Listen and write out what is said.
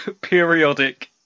periodic